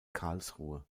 karlsruhe